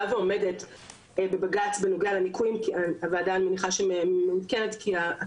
כי הוועדה אני מניחה שמעודכנת כי הכנסת גם היא משיבה לעתירה הזאת,